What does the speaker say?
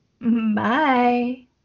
Bye